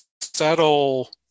settle